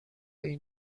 این